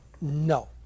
No